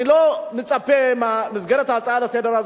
אני לא מצפה שבמסגרת ההצעה לסדר-היום